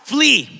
Flee